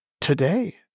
today